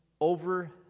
over